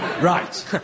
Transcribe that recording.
Right